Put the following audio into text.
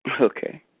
Okay